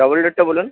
double ডোরটা বলুন